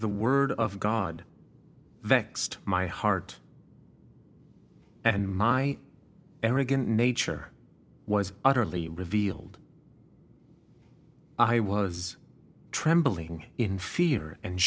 the word of god vexed my heart and my arrogant nature was utterly revealed i was trembling in fear and